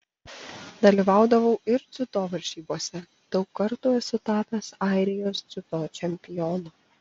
dalyvaudavau ir dziudo varžybose daug kartų esu tapęs airijos dziudo čempionu